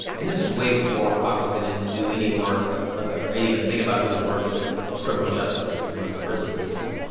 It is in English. and this was way before i was to do any work ah or even thinking about doing work in the and criminal justice system or in the prison system.